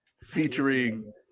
Featuring